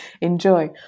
enjoy